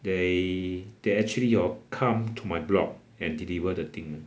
they they actually hor come to my block and deliver the thing